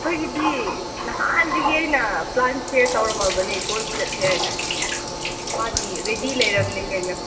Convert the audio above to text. ꯑꯩꯈꯣꯏꯒꯤꯗꯤ ꯅꯍꯥꯟꯗꯒꯤ ꯑꯩꯅ ꯄ꯭ꯂꯥꯟ ꯁꯤꯌꯥꯔ ꯇꯧꯔꯝꯃꯕꯅꯦ ꯀꯣꯏꯕ ꯆꯠꯁꯦ ꯍꯥꯏꯅ ꯃꯥꯗꯤ ꯔꯦꯗꯤ ꯂꯩꯔꯕꯅꯤ ꯀꯩꯅꯣ